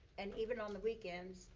and even on the weekends,